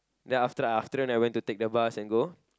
then after that after that then I went to take the bus and go